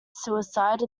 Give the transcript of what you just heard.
suicide